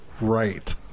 right